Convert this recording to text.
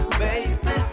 baby